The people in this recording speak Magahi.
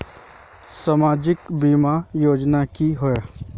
सामाजिक बीमा योजना की होय?